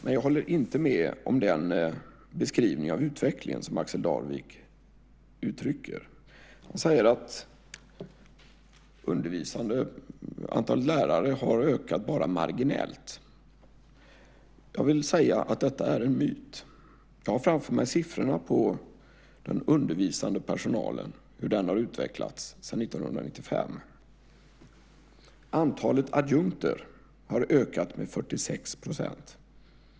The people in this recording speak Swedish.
Men jag håller inte med om den beskrivning av utvecklingen som Axel Darvik ger. Han säger att antalet lärare har ökat bara marginellt. Det är en myt. Jag har framför mig siffrorna på hur den undervisande personalen har utvecklats sedan 1995. Antalet adjunkter har ökat med 46 %.